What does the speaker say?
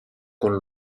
con